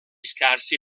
scarse